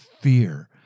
Fear